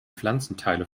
pflanzenteile